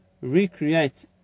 recreate